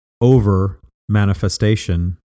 over-manifestation